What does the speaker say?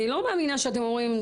אני לא מאמינה שאתם אומרים,